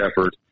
effort